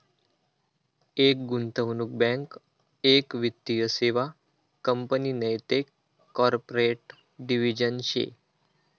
एक गुंतवणूक बँक एक वित्तीय सेवा कंपनी नैते कॉर्पोरेट डिव्हिजन शे